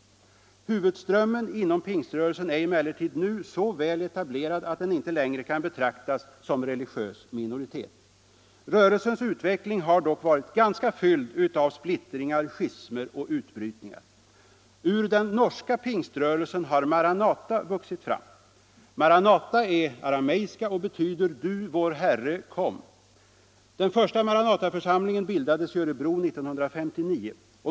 Huvudåtrömmen inom pingströrelsen är emellertid nu så väl etablerad att den inte längre kan betraktas som en religiös minoritet. Rörelsens utveckling har dock varit ganska fylld av slitningar, schismer och utbrytningar. Ur den norska pingströrelsen har Maranata vuxit fram. Maranata är arameiska och betyder ”Du vår Herre, kom!” Den första Maranataförsamlingen bildades i Örebro 1959.